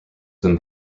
then